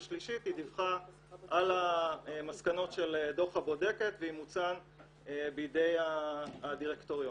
ושלישית היא דיווחה על המסקנות של דוח הבודקת ואימוצן בידי הדירקטוריון.